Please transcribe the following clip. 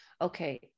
Okay